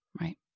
Right